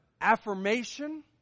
affirmation